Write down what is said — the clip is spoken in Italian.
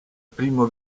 primo